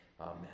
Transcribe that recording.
amen